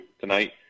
tonight